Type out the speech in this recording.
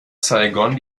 saigon